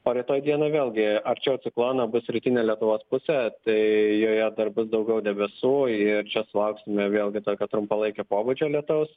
o rytoj dieną vėlgi arčiau ciklono bus rytinė lietuvos pusė tai joje dar bus daugiau debesų ir čia sulauksime vėlgi tokio trumpalaikio pobūdžio lietaus